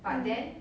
mm